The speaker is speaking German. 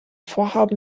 vorhaben